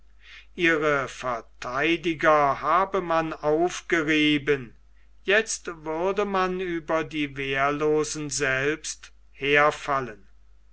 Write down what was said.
ihre vertheidiger habe man aufgerieben jetzt würde man über die wehrlosen selbst herfallen